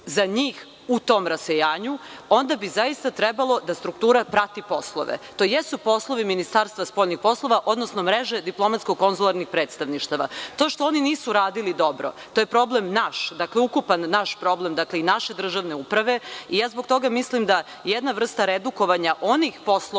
za njih u tom rasejanju, onda bi zaista trebalo da struktura prati poslove. To jesu poslovi Ministarstva spoljnih poslova, odnosno mreže diplomatsko-konzularnih predstavništava. To što oni nisu radili dobro, to je problem naš, dakle, ukupan naš problem i naše državne uprave. Zbog toga mislim da jedna vrsta redukovanja onih poslova